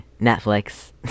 Netflix